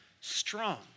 strong